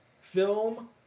film